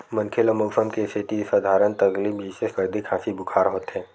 मनखे ल मउसम के सेती सधारन तकलीफ जइसे सरदी, खांसी, बुखार होथे